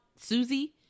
Susie